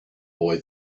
boy